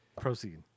proceed